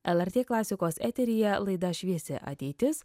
lrt klasikos eteryje laida šviesi ateitis